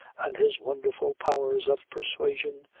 and his wonderful powers of persuasion,